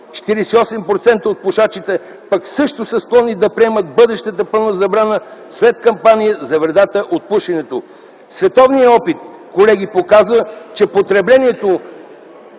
48% от пушачите също са склонни да приемат бъдещата пълна забрана след кампании за вредата от пушенето. Световният опит, колеги, показва, че потреблението